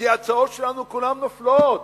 כי ההצעות שלנו כולן נופלות.